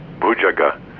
bujaga